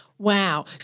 Wow